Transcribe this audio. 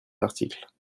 articles